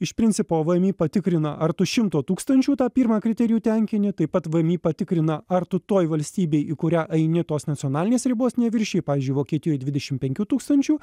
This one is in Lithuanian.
iš principo vmi patikrina ar tu šimto tūkstančių tą pirmą kriterijų tenkini taip pat vmi patikrina ar tu toj valstybėj į kurią eini tos nacionalinės ribos neviršiji pavyzdžiui vokietijoj dvidešim penkių tūkstančių